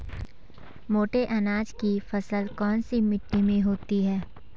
मोटे अनाज की फसल कौन सी मिट्टी में होती है?